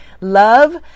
love